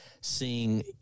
seeing